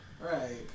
Right